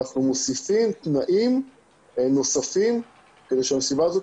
אנחנו מוסיפים תנאים נוספים כדי שהמסיבה הזאת